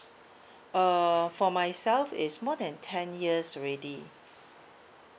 uh for myself is more than ten years already